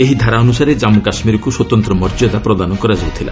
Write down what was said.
ଏହି ଧାରା ଅନୁସାରେ ଜାନ୍ଗୁ କାଶ୍ମୀରକୁ ସ୍ୱତନ୍ତ୍ର ମର୍ଯ୍ୟାଦା ପ୍ରଦାନ କରାଯାଉଥିଲା